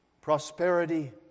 prosperity